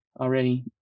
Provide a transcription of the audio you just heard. already